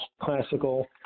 classical